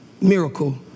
miracle